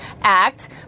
act